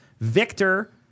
Victor